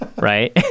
right